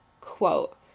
quote